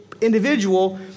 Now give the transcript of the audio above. Individual